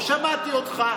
לא שמעתי אותך.